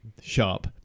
sharp